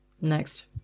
Next